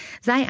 Sei